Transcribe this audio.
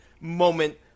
moment